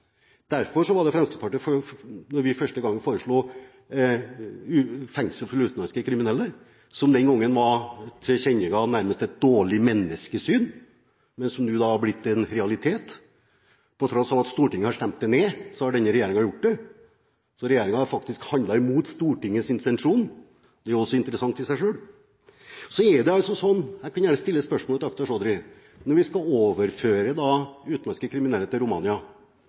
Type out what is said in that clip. Derfor foreslo Fremskrittspartiet fengsel for utenlandske kriminelle, noe som den gangen nærmest tilkjennega et dårlig menneskesyn, men som nå har blitt en realitet. På tross av at Stortinget har stemt det ned, har denne regjeringen gjort det. Regjeringen har faktisk handlet imot Stortingets intensjon – det er også interessant i seg selv. Så er det altså sånn – jeg kan gjerne stille spørsmålet til Akhtar Chaudhry: Når vi skal overføre utenlandske kriminelle til Romania,